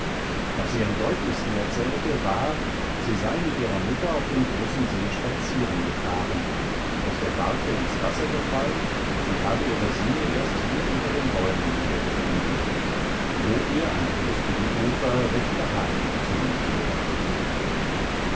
was sie am deutlichsten erzählte war sie sei mit ihrer mutter auf dem großen see spazierengefahren aus der barke ins wasser gefallen und habe ihre sinne erst hier unter den bäumen wiedergefunden wo ihr an dem lustigen ufer recht behaglich zumute geworden sei